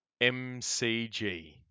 MCG